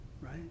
Right